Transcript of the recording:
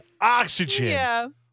oxygen